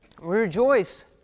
Rejoice